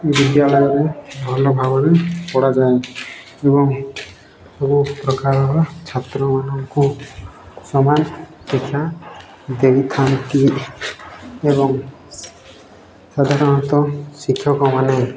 ବିଦ୍ୟାଳୟରେ ଭଲ ଭାବରେ ପଢାଯାଏ ଏବଂ ସବୁ ପ୍ରକାରର ଛାତ୍ରମାନଙ୍କୁ ସମାନ ଶିକ୍ଷା ଦେଇଥାନ୍ତି ଏବଂ ସାଧାରଣତଃ ଶିକ୍ଷକମାନେ